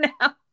now